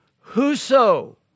Whoso